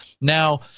Now